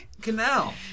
canal